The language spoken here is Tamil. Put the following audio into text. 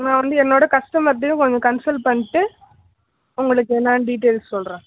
நான் வந்து என்னோட கஸ்டமர்டேயும் கொஞ்சம் கன்சல் பண்ணிட்டு உங்களுக்கு என்னெனு டீடெயில் சொல்கிறேன்